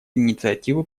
инициативы